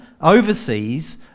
overseas